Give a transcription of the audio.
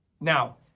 Now